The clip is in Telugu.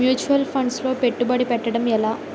ముచ్యువల్ ఫండ్స్ లో పెట్టుబడి పెట్టడం ఎలా?